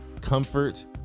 comfort